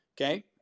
okay